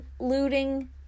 looting